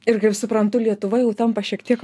ir kaip suprantu lietuva jau tampa šiek tiek